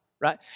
right